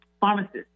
pharmacists